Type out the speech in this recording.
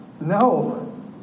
No